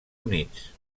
units